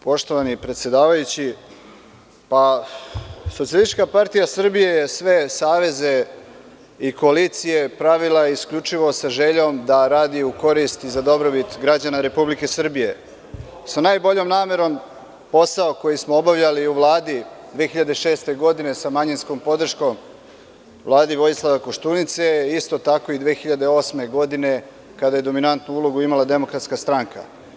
Poštovani predsedavajući, pa Socijalistička partija Srbije je sve saveze i koalicije pravila isključivo sa željom da radi u korist i za dobrobit građana Republike Srbije i sa najboljom namerom posao koji smo obavljali u Vladi 2006. godine sa manjinskom podrškom Vladi Vojislava Koštunice, isto tako i 2008. godine, kada je dominantnu ulogu imala Demokratska stranka.